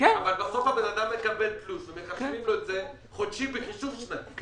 אבל בסוף האזרח מקבל תלוש ומחשבים לו את זה חודשים בחישוב שנתי.